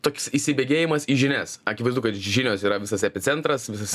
toks įsibėgėjimas į žinias akivaizdu kad žinios yra visas epicentras visas